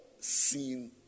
seen